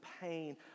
pain